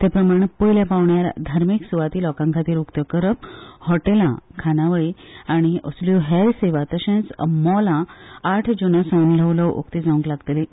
ते प्रमाण पयल्या धर्मीक स्वाती लोकां खातीर उक्त्यो करप हॉटेलां खानावळी आनी असल्यो हेर सेवा तशेंच मॉलां आठ जूना सावन ल्हवू ल्हवू उक्ती जावंक लागतलीं